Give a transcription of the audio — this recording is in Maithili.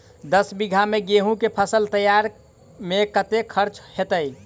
दस बीघा मे गेंहूँ केँ फसल तैयार मे कतेक खर्चा हेतइ?